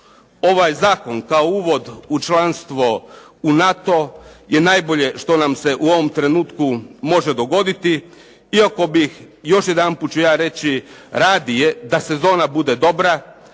ovaj zakon kao uvod u članstvo u NATO je najbolje što nam se u ovom trenutku može dogoditi. Iako bih još jedanput ću ja reći, radije da sezona bude dobra,